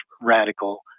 radical